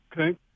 Okay